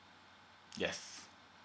yes